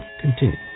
continue